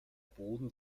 boden